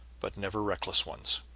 but never reckless ones.